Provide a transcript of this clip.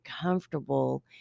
comfortable